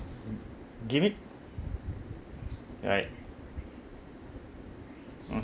give it right